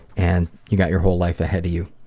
and you've got your whole life ahead of you.